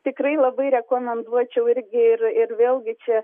tikrai labai rekomenduočiau irgi ir ir vėlgi čia